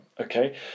okay